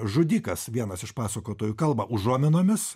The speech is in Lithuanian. žudikas vienas iš pasakotojų kalba užuominomis